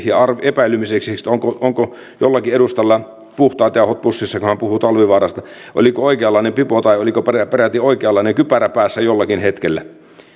ja epäilemiseksi että onko jollakin edustajalla puhtaat jauhot pussissa kun hän puhuu talvivaarasta oliko oikeanlainen pipo tai oliko peräti oikeanlainen kypärä päässä jollakin hetkellä